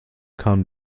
kam